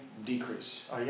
Decrease